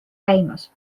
käimas